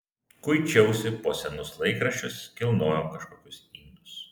kuičiausi po senus laikraščius kilnojau kažkokius indus